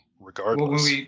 regardless